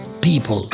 People